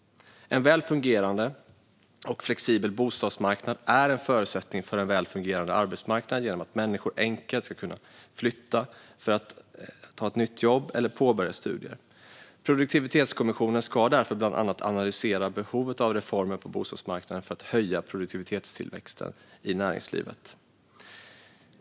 En väl fungerande och flexibel bostadsmarknad är en förutsättning för en väl fungerande arbetsmarknad genom att människor enkelt ska kunna flytta för att ta ett nytt jobb eller påbörja studier. Produktivitetskommissionen ska därför bland annat analysera behovet av reformer på bostadsmarknaden för att höja produktivitetstillväxten i näringslivet.